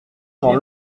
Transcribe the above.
temps